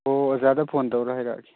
ꯑꯣ ꯑꯣꯖꯥꯗ ꯐꯣꯟ ꯇꯧꯔꯒ ꯍꯥꯏꯔꯛꯑꯒꯦ